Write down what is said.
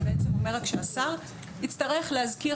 זה בעצם אומר רק שהשר יצטרך להזכיר